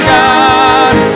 God